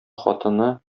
хатыны